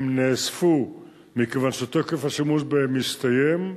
הן נאספו מכיוון שתוקף השימוש בהן הסתיים.